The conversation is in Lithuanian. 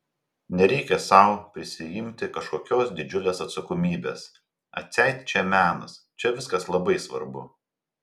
nereikia sau prisiimti kažkokios didžiulės atsakomybės atseit čia menas čia viskas labai svarbu